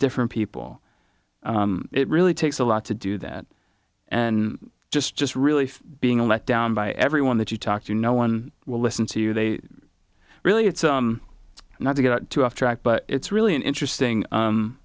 different people it really takes a lot to do that and just just really being a let down by everyone that you talk to no one will listen to you they really it's not to get out to off track but it's really an interesting